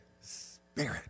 spirit